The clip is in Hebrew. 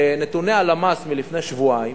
לנתוני הלמ"ס מלפני שבועיים,